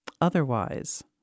Otherwise